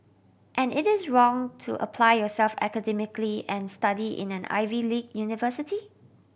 and it is wrong to apply yourself academically and study in an Ivy league university